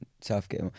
Southgate